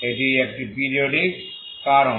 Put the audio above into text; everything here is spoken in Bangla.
এটি একটি পিরিয়ডিক কারণ